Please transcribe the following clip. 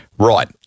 Right